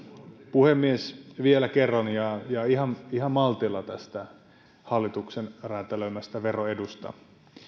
puhemies vielä kerran ja ja ihan ihan maltilla tästä hallituksen räätälöimästä veroedusta